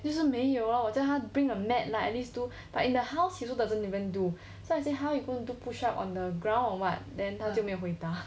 就是没有 lor 我叫他 bring a mat like at least do but in the house he also doesn't even do so I say how are you going to push up on the ground or what then 他就没有回答